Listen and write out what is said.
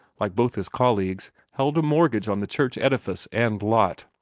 like both his colleagues, held a mortgage on the church edifice and lot.